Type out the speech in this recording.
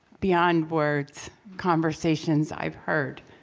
beyond words conversations i've heard.